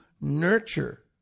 nurture